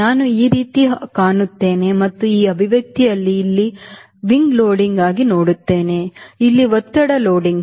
ನಾನು ಈ ರೀತಿ ಕಾಣುತ್ತೇನೆ ಮತ್ತು ಈ ಅಭಿವ್ಯಕ್ತಿಯನ್ನು ಇಲ್ಲಿ ರೆಕ್ಕೆ ಲೋಡಿಂಗ್ ಆಗಿ ನೋಡುತ್ತೇನೆ